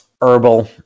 herbal